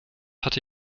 hatte